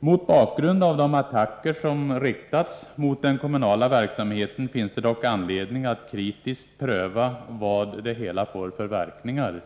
Mot bakgrund av de attacker som riktats mot den kommunala verksamheten finns det dock anledning att kritiskt pröva vad det hela får för verkningar.